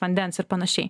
vandens ir panašiai